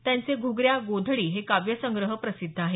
त्यांचे घुगऱ्या गोधडी हे काव्यसंग्रह प्रसिद्ध आहेत